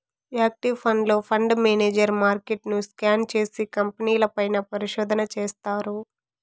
active ఫండ్లో, fund manager మార్కెట్ను scan చేసి, కంపెనీల పైన పరిశోధన చేస్తారు